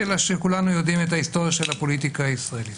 אלא שכולנו יודעים את ההיסטוריה של הפוליטיקה הישראלית.